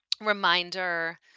reminder